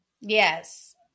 Yes